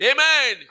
Amen